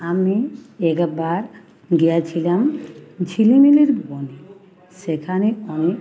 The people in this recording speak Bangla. আমি একবার গিয়াছিলাম ঝিলিমিলির বনে সেখানে অনেক